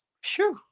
Sure